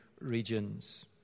regions